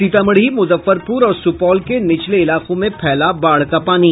सीतामढ़ी मुजफ्फरपुर और सुपौल के निचले इलाकों में फैला बाढ़ का पानी